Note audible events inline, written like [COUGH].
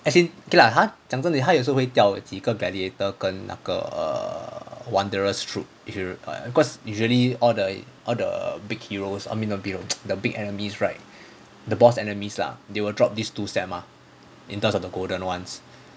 as in okay lah 他讲真他有时候会掉几个 gladiator 跟那个 err wanderer's troupe if you err cause it's really all the all the big heroes I mean not big heroes [NOISE] the big enemies right the boss enemies lah they will drop these two stats mah in terms of the golden [ones]